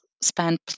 spend